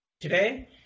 today